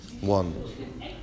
one